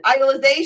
idolization